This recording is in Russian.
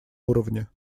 уровне